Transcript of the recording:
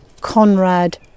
conrad